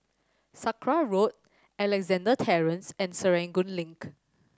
Sakra Road Alexandra Terrace and Serangoon Link